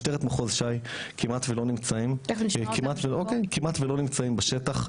משטרת מחוז ש"י כמעט ולא נמצאים כמעט ולא נמצאים בשטח,